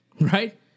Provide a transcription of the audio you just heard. right